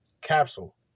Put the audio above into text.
Capsule